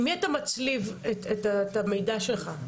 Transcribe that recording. עם מי אתה מצליב את המידע שלך?